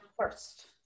first